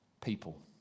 people